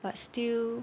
but still